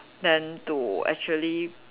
then to actually